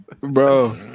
Bro